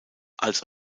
als